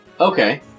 Okay